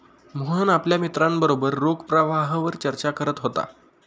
मोहन आपल्या मित्रांबरोबर रोख प्रवाहावर चर्चा करत होता